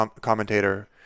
commentator